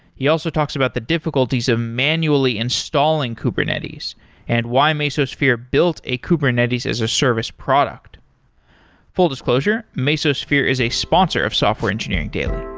he also talks about the difficulties of manually installing kubernetes and why mesosphere built a kubernetes as a service product full disclosure, mesosphere is a sponsor of software engineering daily